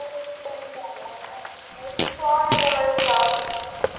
ইমান চোৱা নাযায় বাৰু ব্ল'গ